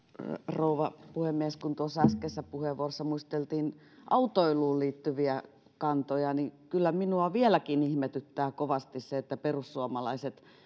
rouva puhemies kun tuossa äskeisessä puheenvuorossa muisteltiin autoiluun liittyviä kantoja niin kyllä minua vieläkin ihmetyttää kovasti se että perussuomalaiset